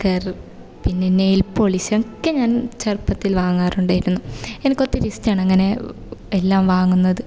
sticker പിന്നെ nail polish ഒക്കെ ഞാൻ ചെറുപ്പത്തിൽ വാങ്ങാറുണ്ടായിരുന്നു എനിക്ക് ഒത്തിരി ഇഷ്ടമാണ് അങ്ങനെ എല്ലാം വാങ്ങുന്നത്